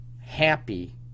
happy